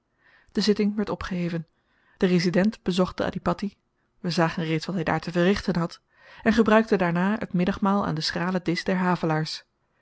de zitting werd opgeheven de resident bezocht den adhipatti we zagen reeds wat hy daar te verrichten had en gebruikte daarna t middagmaal aan den schralen disch der havelaars